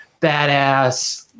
badass